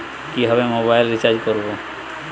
কিভাবে mobile recharge করব?